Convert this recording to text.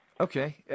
Okay